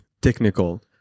technical